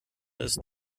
ist